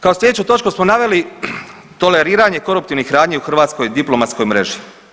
Kao slijedeću točku smo naveli toleriranje koruptivnih radnji u hrvatskoj diplomatskoj mreži.